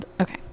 okay